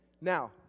now